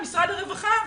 משרד הרווחה,